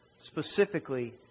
specifically